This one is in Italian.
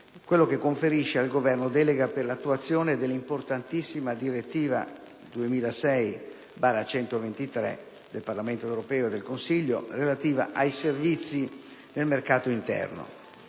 che conferisce al Governo delega per l'attuazione dell'importantissima direttiva 2006/123/CE del Parlamento europeo e del Consiglio relativa ai servizi nel mercato interno.